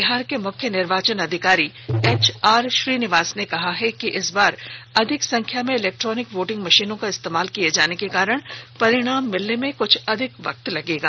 बिहार के मुख्य निर्वाचन अधिकारी एचआर श्रीनिवास ने कहा है कि इस बार अधिक संख्या में इलेक्ट्रॉनिक वोटिंग मशीनों का इस्तेमाल किए जाने के कारण परिणाम मिलने में कुछ अधिक वक्त लगेगा